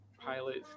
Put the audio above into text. pilots